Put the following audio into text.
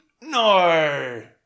No